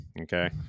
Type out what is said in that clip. okay